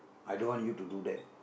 I don't want you to do that